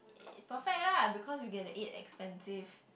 it's perfect lah because you get to eat expensive